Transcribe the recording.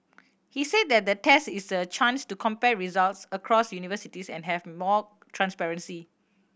he's added that the test is a chance to compare results across universities and have more transparency